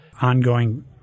ongoing